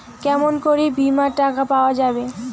কেমন করি বীমার টাকা পাওয়া যাবে?